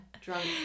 drunk